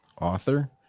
author